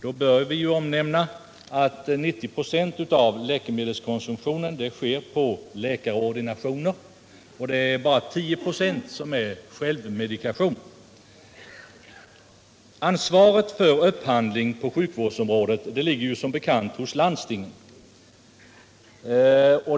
Då bör omnämnas att 90 926 av läkemedelskonsumtionen sker på läkarordinationer och endast 10 96 är självmedikation. Ansvaret för upphandling på sjukvårdsområdet ligger som bekant på landstingen.